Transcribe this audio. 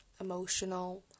emotional